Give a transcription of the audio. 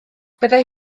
byddai